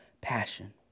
passion